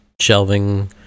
shelving